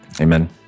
amen